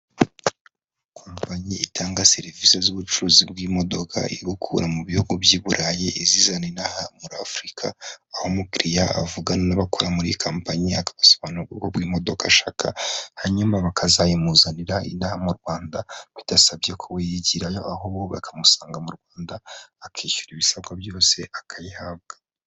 Kompanyi itanga serivisi z'ubucuruzi bw'imodoka igukura mu bihugu by'i Burayi izizana ino aha muri Afurika, aho umukiriya avugana n'abakora muri iyi kampanyi, akabasobanurira ubwoko bw'imodoka ashaka, hanyuma bakazayimuzanira ino aha mu Rwanda bidasabye ko yigirayo, ahubwo bakamusanga mu Rwanda akishyura ibisabwa byose akayihabwa.